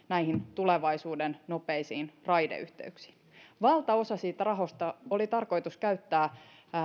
näihin tulevaisuuden nopeisiin raideyhteyksiin valtaosa siitä rahasta oli tarkoitus käyttää